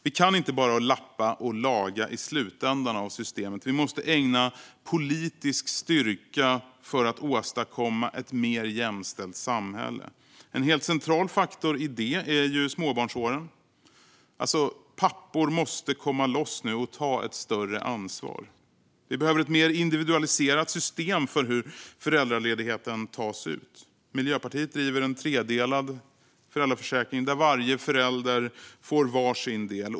Vi kan inte bara lappa och laga i slutändan av systemet. Vi måste använda politisk styrka för att åstadkomma ett mer jämställt samhälle. En helt central faktor i detta är småbarnsåren. Pappor måste komma loss och ta ett större ansvar. Vi behöver ett mer individualiserat system för hur föräldraledigheten tas ut. Miljöpartiet driver en tredelad föräldraförsäkring där varje förälder får var sin del.